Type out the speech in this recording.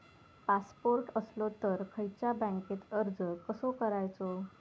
Passport असलो तर खयच्या बँकेत अर्ज कसो करायचो?